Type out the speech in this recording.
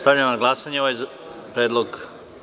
Stavljam na glasanje ovaj predlog.